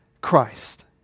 Christ